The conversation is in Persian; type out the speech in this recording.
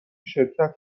شرکت